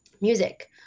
music